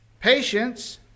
patience